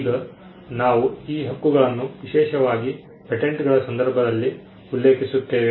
ಈಗ ನಾವು ಈ ಹಕ್ಕುಗಳನ್ನು ವಿಶೇಷವಾಗಿ ಪೇಟೆಂಟ್ಗಳ ಸಂದರ್ಭದಲ್ಲಿ ಉಲ್ಲೇಖಿಸುತ್ತೇವೆ